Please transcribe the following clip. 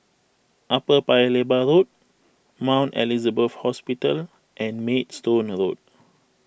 Upper Paya Lebar Road Mount Elizabeth Hospital and Maidstone Road